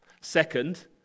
Second